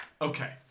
Okay